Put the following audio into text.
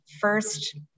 first